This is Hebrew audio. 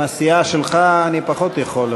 עם הסיעה שלך אני פחות יכול,